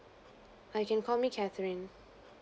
err you can call me catherine